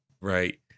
right